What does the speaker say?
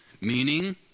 meaning